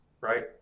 right